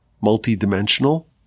multi-dimensional